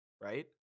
right